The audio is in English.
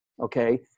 Okay